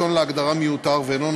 הוא קנס כספי במדרג